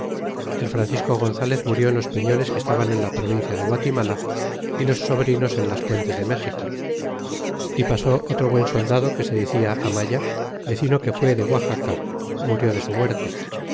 el francisco gonzalez murió en los peñoles que estan en la provincia de guatimaia y los sobrinos en las puentes de méxico y pasó otro buen soldado que se decía amaya vecino que fué de guaxaca murió de su muerte